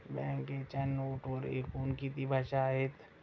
बँकेच्या नोटेवर एकूण किती भाषा आहेत?